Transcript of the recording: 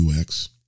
UX